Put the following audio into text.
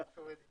עובדים